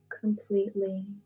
completely